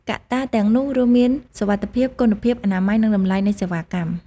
កត្តាទាំងនោះរួមមានសុវត្ថិភាព គុណភាព អនាម័យនិងតម្លៃនៃសេវាកម្ម។